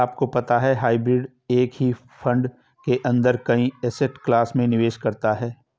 आपको पता है हाइब्रिड एक ही फंड के अंदर कई एसेट क्लास में निवेश करता है?